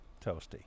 toasty